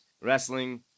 wrestling